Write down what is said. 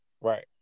Right